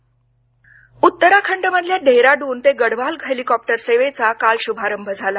उत्तराखंड उत्तरखंडमधल्या देहराडून ते गढवाल हेलिकॉप्टर सेवेचा काल शुभारंभ झाला